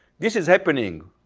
this is happening,